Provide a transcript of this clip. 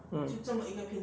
mm